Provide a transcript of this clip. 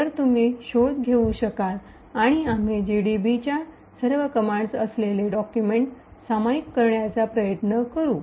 तर तुम्ही शोध घेऊ शकाल आणि आम्ही जीडीबीच्या सर्व कमांडस असलेले डॉक्युमेंट सामायिक करण्याचा प्रयत्न करू